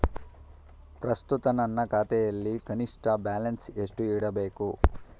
ಪ್ರಸ್ತುತ ನನ್ನ ಖಾತೆಯಲ್ಲಿ ಕನಿಷ್ಠ ಬ್ಯಾಲೆನ್ಸ್ ಎಷ್ಟು ಇಡಬೇಕು?